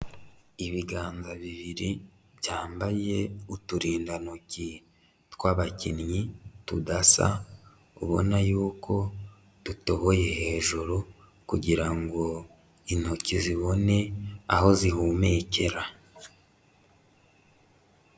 Ibiganza bibiri byambaye uturindantoki tw'abakinnyi tudasa, ubona yuko dutoboye hejuru kugira ngo intoki zibone aho zihumekera.